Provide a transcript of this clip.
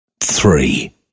three